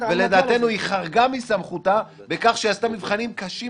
לדעתנו היא חרגה מסמכותה בכך שהיא עשתה מבחנים קשים